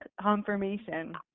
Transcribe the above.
confirmation